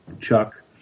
Chuck